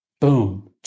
Boom